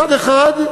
מצד אחד,